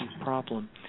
problem